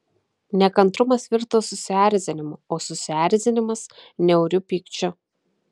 nekantrumas virto susierzinimu o susierzinimas niauriu pykčiu